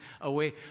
away